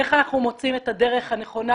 איך אנחנו מוצאים את הדרך הנכונה,